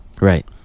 right